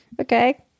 Okay